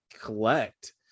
collect